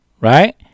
right